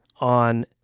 on